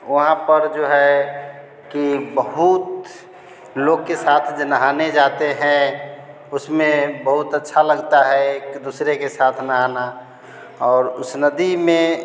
वहाँ पर जो है कि बहुत लोग के साथ जो नहाने जाते हैं उसमें बहुत अच्छा लगता है कि दूसरे के साथ में नहाना और उस नदी में